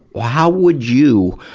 how would you,